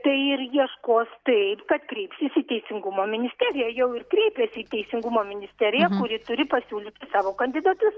tai ir ieškos taip kad kreipsis į teisingumo ministeriją jau ir kreipėsi į teisingumo ministeriją ji turi pasiūlyti savo kandidatus